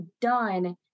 done